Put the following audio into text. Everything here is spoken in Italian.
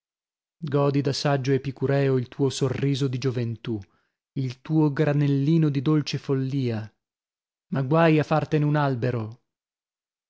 godi da saggio epicureo il tuo sorriso di gioventù il tuo granellino di dolce follìa ma guai a fartene un albero